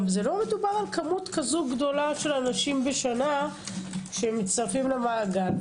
גם לא מדובר בכמות כזו גדולה של אנשים בשנה שמצטרפים למעגל.